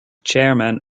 chairman